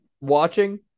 watching